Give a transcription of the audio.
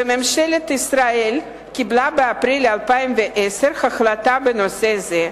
וממשלת ישראל קיבלה באפריל 2010 החלטה בנושא זה.